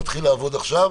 נתחיל לעבוד עכשיו.